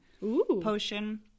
potion